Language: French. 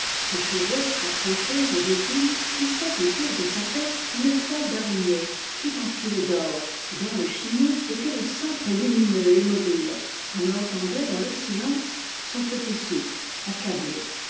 ses cheveux accrochés aux épines tissaient autour de sa tête une toile d'araignée toute en fil d'or dont le chignon était le centre lumineux et mobile on entendait dans un silence son petit souffle accablé